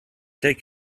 take